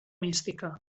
mística